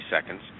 seconds